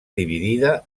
dividida